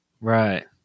Right